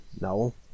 no